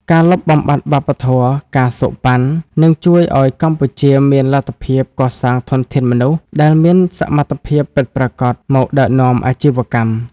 ការលុបបំបាត់វប្បធម៌ ការសូកប៉ាន់ នឹងជួយឱ្យកម្ពុជាមានលទ្ធភាពកសាងធនធានមនុស្សដែលមានសមត្ថភាពពិតប្រាកដមកដឹកនាំអាជីវកម្ម។